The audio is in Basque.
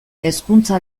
hezkuntza